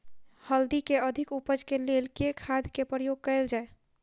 हल्दी केँ अधिक उपज केँ लेल केँ खाद केँ प्रयोग कैल जाय?